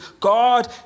God